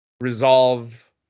resolve